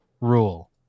Rule